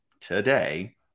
today